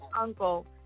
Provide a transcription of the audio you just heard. uncle